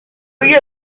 you